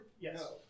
Yes